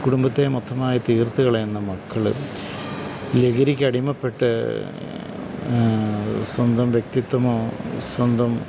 കുടുംബത്തെ മൊത്തമായി തീർത്ത് കളയുന്ന മക്കള് ലഹരിക്കടിമപ്പെട്ട് സ്വന്തം വ്യക്തിത്വമോ സ്വന്തം